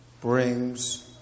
brings